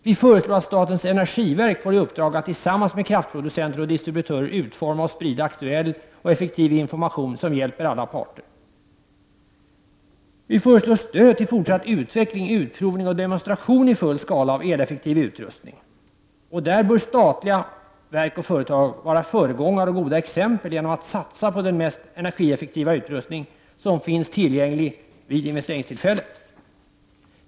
Vi föreslår att statens energiverk får i uppdrag att tillsammans med kraftproducenter och distributörer utforma och sprida aktuell och effektiv information som hjälper alla parter. Vi föreslår stöd till fortsatt utveckling, utprovning och demonstration i full skala av eleffektiv utrustning. Statliga verk och företag bör där vara föregångare och goda exempel genom att satsa på den mest energieffektiva utrustning som finns tillgänglig vid investeringstillfället.